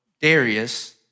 Darius